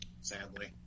sadly